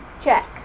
check